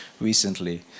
recently